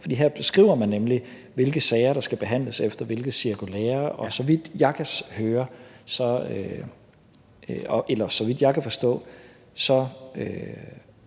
for her beskriver man nemlig, hvilke sager der skal behandles efter hvilke cirkulærer, og så vidt jeg kan forstå, har de også fulgt